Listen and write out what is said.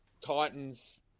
Titans